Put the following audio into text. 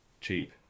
cheap